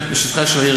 מה מעבר